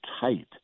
tight